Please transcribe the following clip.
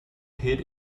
hid